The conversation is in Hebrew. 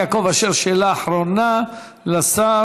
יעקב אשר, שאלה אחרונה לשר.